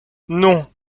non